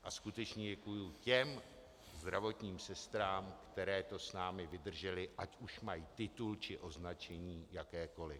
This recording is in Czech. A skutečně děkuji těm zdravotním sestrám, které to s námi vydržely, ať už mají titul či označení jakékoliv.